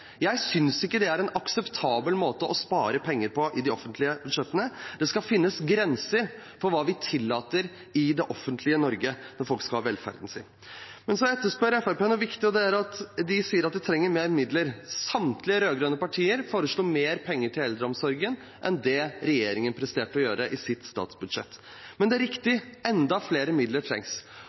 Jeg synes ikke det er en akseptabel måte å spare penger på i de offentlige budsjettene – det skal finnes grenser for hva vi tillater i det offentlige Norge når folk skal ha velferden sin. Men så etterspør Fremskrittspartiet noe viktig. De sier at det trengs flere midler. Samtlige rød-grønne partier foreslo mer penger til eldreomsorgen enn det regjeringen presterte å gjøre i sitt statsbudsjett. Men det er riktig: Enda flere midler trengs,